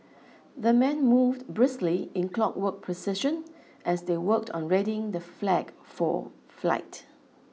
the men moved briskly in clockwork precision as they worked on readying the flag for flight